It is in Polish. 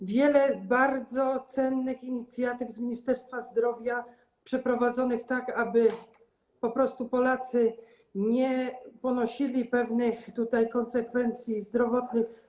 Jest wiele bardzo cennych inicjatyw z Ministerstwa Zdrowia przeprowadzonych tak, aby po prostu Polacy nie ponosili konsekwencji zdrowotnych.